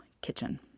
Kitchen